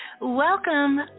Welcome